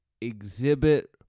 exhibit